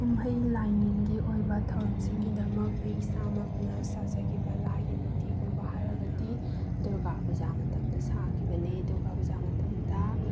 ꯀꯨꯝꯍꯩ ꯂꯥꯏꯅꯤꯡꯒꯤ ꯑꯣꯏꯕ ꯊꯧꯔꯝꯁꯤꯡꯒꯤꯗꯃꯛ ꯑꯩ ꯏꯁꯥꯃꯛꯅ ꯁꯥꯖꯈꯤꯕ ꯂꯥꯏꯒꯤ ꯃꯨꯔꯇꯤꯒꯨꯝꯕ ꯍꯥꯏꯔꯒꯗꯤ ꯗꯨꯔꯒꯥ ꯄꯨꯖꯥ ꯃꯇꯝꯗ ꯁꯥꯈꯤꯕꯅꯤ ꯗꯨꯔꯒꯥ ꯄꯨꯖꯥ ꯃꯇꯝꯗ